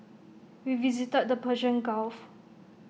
we visited the Persian gulf